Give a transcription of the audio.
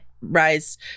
rise